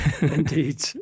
indeed